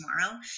tomorrow